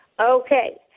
Okay